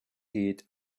eat